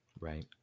right